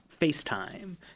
FaceTime